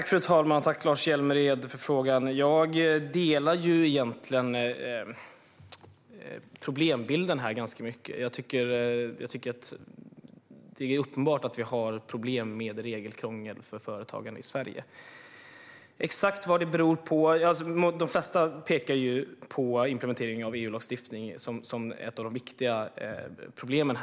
Fru talman! Tack, Lars Hjälmered, för frågan! Jag delar egentligen problembilden ganska mycket. Det är uppenbart att vi har problem med regelkrångel för företagande i Sverige. När det gäller exakt vad detta beror på pekar de flesta på implementering av EU-lagstiftning som ett av de viktiga problemen.